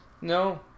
No